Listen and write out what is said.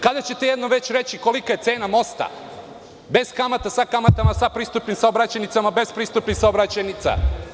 Kada ćete jednom već reći kolika je cena mosta, bez kamata, sa kamatama, sa pristupnim saobraćajnicama, bez pristupnih saobraćajnica?